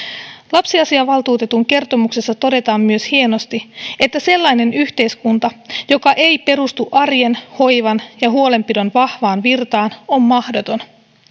lapsiasiavaltuutetun kertomuksessa todetaan myös hienosti että sellainen yhteiskunta joka ei perustu arjen hoivan ja huolenpidon vahvaan virtaan on mahdoton